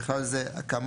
ובכלל זה הקמה,